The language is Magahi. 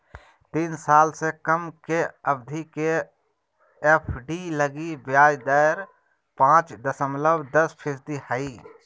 तीन साल से कम के अवधि के एफ.डी लगी ब्याज दर पांच दशमलब दस फीसदी हइ